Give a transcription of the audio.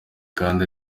kandi